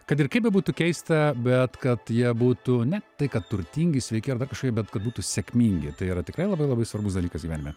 kad ir kaip bebūtų keista bet kad jie būtų ne tai kad turtingi sveiki ar dar kažkokie bet kad būtų sėkmingi tai yra tikrai labai labai svarbus dalykas gyvenime